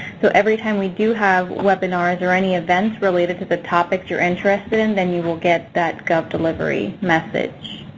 so every time we do have webinars or any events related to the topics you're interested in then you will get that gov delivery message.